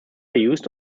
used